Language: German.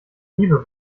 liebe